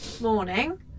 morning